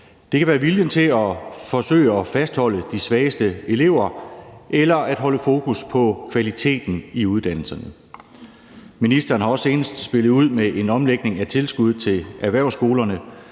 det kan være viljen til at forsøge at fastholde de svageste elever eller at holde fokus på kvaliteten i uddannelserne. Ministeren har også senest spillet ud med en omlægning af tilskud til erhvervsskolerne,